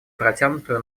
протянутую